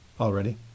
already